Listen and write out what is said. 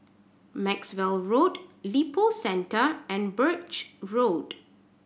Maxwell Road Lippo Centre and Birch Road